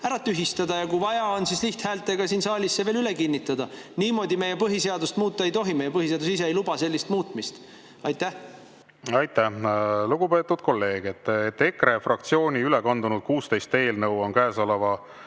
tühistada ja kui on vaja, siis lihthäältega siin saalis see veel kinnitada. Niimoodi meie põhiseadust muuta ei tohi, meie põhiseadus ise ei luba sellist muutmist. Aitäh! Lugupeetud kolleeg, EKRE fraktsiooni üle kandunud 16 eelnõu on käesoleva